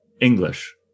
English